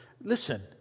Listen